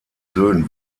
söhnen